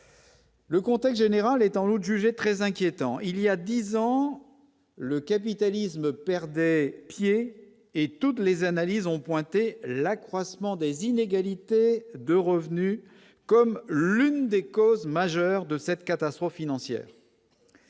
Le contexte général étant l'jugé très inquiétant, il y a 10 ans, le capitalisme perdait pied et toutes les analyses ont pointé l'accroissement des inégalités de revenus comme l'une des causes majeures de cette catastrophe financière.